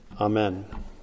Amen